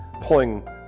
pulling